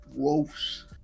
gross